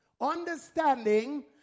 Understanding